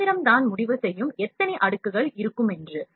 இயந்திரம் தான் முடிவு செய்யும் எத்தனை அடுக்குகள் இருக்கும் என்று